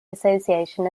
association